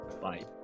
bye